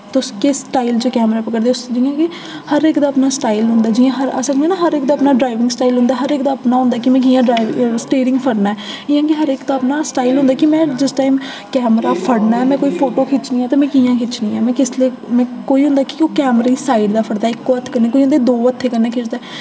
तुस किस स्टाइल च कैमरा पकड़ दे ओ जि'यां कि हर इक दा अपना स्टाइल होंदा ऐ जि'यां हर अस आखने ना हर इक दा अपना ड्राइविंग स्टाइल होंदा हर इक दा अपना होंदा कि में कि'यां ड्राइव स्टीरिंग फड़ना ऐ इ'यां कि हर इक दा अपना स्टाइल होंदा ऐ कि में जिस टाइम कैमरा फड़ना ऐ में कोई फोटो खिच्चनी ऐ ते में कि'यां खिच्चनी ऐ में किसलै में कोई होंदा कि ओह् कैमरे गी साइड दा फड़दा इक्को हत्थ कन्नै कोई होंदा दो हत्थें कन्नै खिचदा